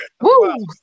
Woo